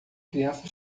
criança